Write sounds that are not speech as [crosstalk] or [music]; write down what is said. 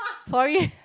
sorry [laughs]